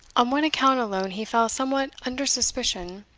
on one account alone he fell somewhat under suspicion.